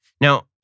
Now